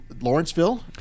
lawrenceville